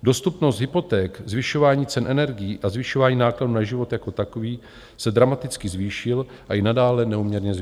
Dostupnost hypoték, zvyšování cen energií a zvyšování nákladů na život jako takový se dramaticky zvýšil a i nadále neúměrně zvyšuje.